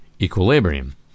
equilibrium